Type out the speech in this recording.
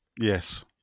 Yes